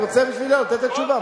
אני רוצה בשבילו לתת את התשובה,